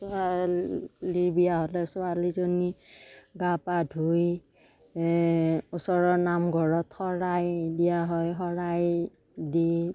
ছোৱালী বিয়া হ'লে ছোৱালীজনী গা পা ধুই ওচৰৰ নামঘৰত শৰাই দিয়া হয় শৰাই দি